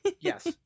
Yes